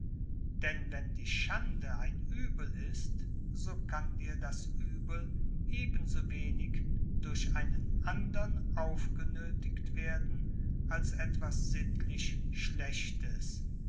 denn wenn die schande ein uebel ist so kann dir das uebel ebensowenig durch einen andern aufgenöthigt werden als etwas